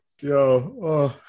Yo